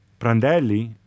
Prandelli